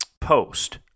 post